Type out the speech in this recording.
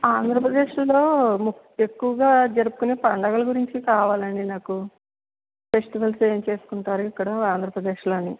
ఆంధ్రప్రదేశ్లో ముఖ్ ఎక్కువుగా జరుపుకునే పండుగల గురించి కావాలండి నాకు ఫెస్టివల్స్ ఏం చేసుకుంటారు ఇక్కడ ఆంధ్రప్రదేశ్లో అని